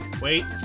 Wait